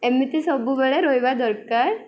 ଏମିତି ସବୁବେଳେ ରହିବା ଦରକାର